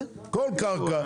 כל קרקע,